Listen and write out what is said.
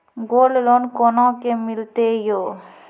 Gold loan कोना के मिलते यो?